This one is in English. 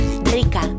rica